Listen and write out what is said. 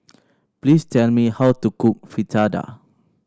please tell me how to cook Fritada